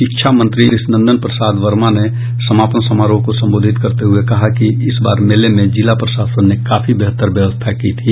शिक्षा मंत्री कृष्ण नंदन प्रसाद वर्मा ने समापन समारोह को संबोधित करते हुए कहा कि इस बार के मेले में जिला प्रशासन ने काफी बेहतर व्यवस्था की थी